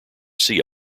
sea